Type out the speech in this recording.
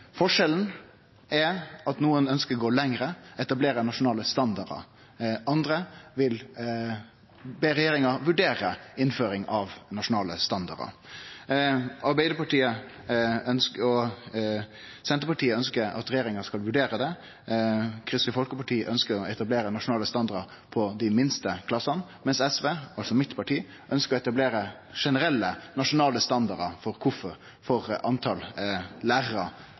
Forskjellen er at nokon ønskjer å gå lengre og etablere nasjonale standardar. Andre vil be regjeringa vurdere innføring av nasjonale standardar. Arbeidarpartiet og Senterpartiet ønskjer at regjeringa skal vurdere det. Kristeleg Folkeparti ønskjer å etablere nasjonale standardar for dei minste klassane, mens SV, altså mitt parti, ønskjer å etablere generelle nasjonale standardar for talet på lærarar per elev på skolenivå. Lærarar